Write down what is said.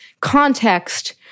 context